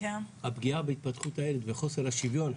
הפגיעה בהתפתחות הילד וחוסר השוויון,